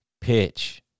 pitch